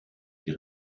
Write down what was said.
die